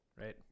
right